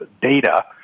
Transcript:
data